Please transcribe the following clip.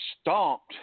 stomped